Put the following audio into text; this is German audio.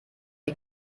die